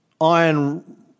Iron